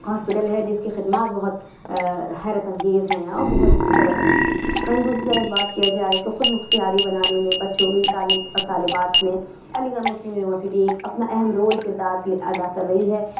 hospital ہے جس کی خدمات بہت حیرت انگیز ہیں اور بہت ہی زبردست ہیں وہیں دوسری طرف بات کیا جائے تو خود مختاری بنانے میں بچوں کی طالب طالبات میں علی گڑھ مسلم یونیورسٹی اپنا ایک اہم رول کردار پلے ادا کر رہی ہے